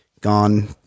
gone